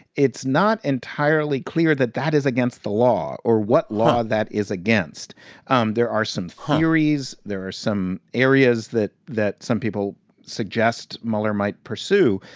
it's not entirely clear that that is against the law or what law that is against um there are some theories. there are some areas that that some people suggest mueller might pursue.